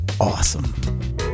awesome